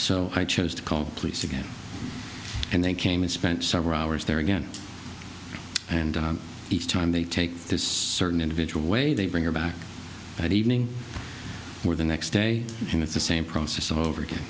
so i chose to call police again and they came and spent several hours there again and each time they take certain individual way they bring her back that evening or the next day and it's the same process all over again